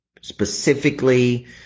specifically